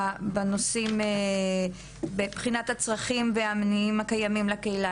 בנושאים ובבחינת הצרכים והמניעים הקיימים לקהילה